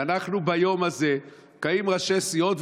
ביום הזה באים ראשי סיעות,